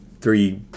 three